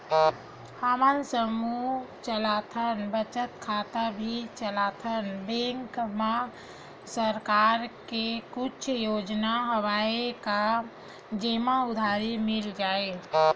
हमन समूह चलाथन बचत खाता भी चलाथन बैंक मा सरकार के कुछ योजना हवय का जेमा उधारी मिल जाय?